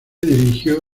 dirigió